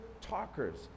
talkers